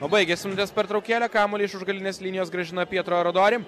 jau biagiasi pertraukėlė kamuolį iš už galinės linijos grąžina pietro aradori